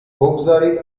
بگذارید